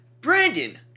Brandon